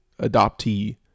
adoptee